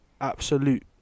absolute